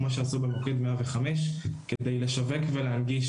כמו שעשו במוקד 105 כדי לשווק ולהנגיש